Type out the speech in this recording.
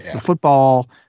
football